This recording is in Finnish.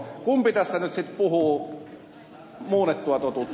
kumpi tässä nyt sitten puhuu muunnettua totuutta